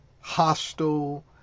hostile